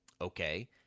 okay